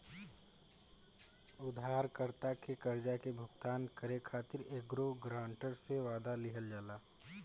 उधारकर्ता के कर्जा के भुगतान करे खातिर एगो ग्रांटर से, वादा लिहल जाला